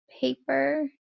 paper